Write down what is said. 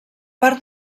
part